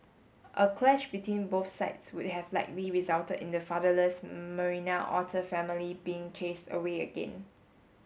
a clash between both sides would have likely resulted in the fatherless Marina otter family being chased away again